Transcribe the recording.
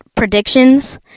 predictions